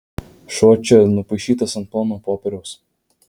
šuo čia nupaišytas ant plono popieriaus